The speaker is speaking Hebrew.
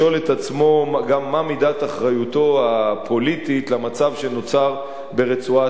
עצמו גם מה מידת אחריותו הפוליטית למצב שנוצר ברצועת-עזה.